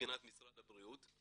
מבחינת משרד הבריאות.